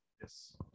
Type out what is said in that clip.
Yes